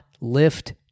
lift